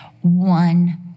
One